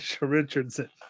Richardson